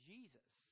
Jesus